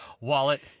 wallet